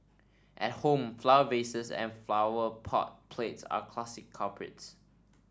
at home flower vases and flower pot plates are classic culprits